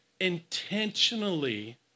intentionally